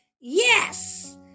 Yes